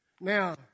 Now